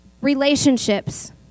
relationships